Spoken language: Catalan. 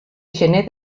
gener